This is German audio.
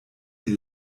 die